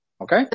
Okay